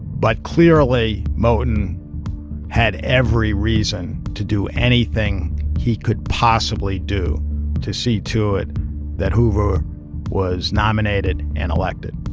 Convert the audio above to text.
but clearly, moton had every reason to do anything he could possibly do to see to it that hoover was nominated and elected.